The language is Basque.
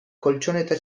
koltxoneta